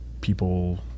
people